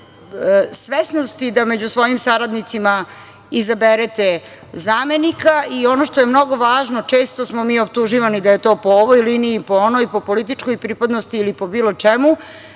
svesnosti da među svojim saradnicima izaberete zamenika. I ono što je mnogo važno, često smo mi optuživani da je to po ovoj liniji, po onoj, po političkoj pripadnosti ili po bilo čemu,